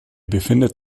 befindet